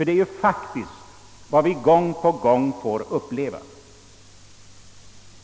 Det är ju faktiskt detta vi gång på gång får uppleva.